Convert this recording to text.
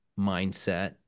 mindset